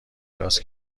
دراز